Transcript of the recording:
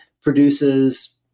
produces